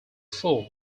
four